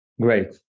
great